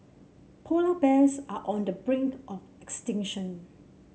polar bears are on the brink of extinction